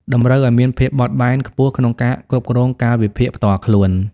តម្រូវឱ្យមានភាពបត់បែនខ្ពស់ក្នុងការគ្រប់គ្រងកាលវិភាគផ្ទាល់ខ្លួន។